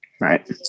Right